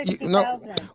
No